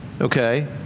okay